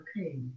okay